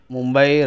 Mumbai